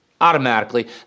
automatically